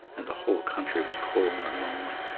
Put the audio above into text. and the whole country was cold and lonely.